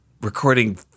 Recording